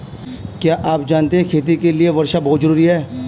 क्या आप जानते है खेती के लिर वर्षा बहुत ज़रूरी है?